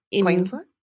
Queensland